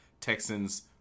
texans